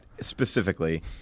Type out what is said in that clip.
specifically